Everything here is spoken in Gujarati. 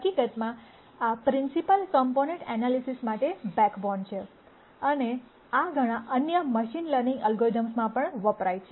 હકીકતમાં આ પ્રિન્સીપલ કોમ્પોનેન્ટ એનાલિસિસ માટે બેકબોન છે અને આ ઘણા અન્ય મશીન લર્નિંગ એલ્ગોરિધમ્સમાં પણ વપરાય છે